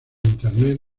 internet